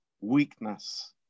weakness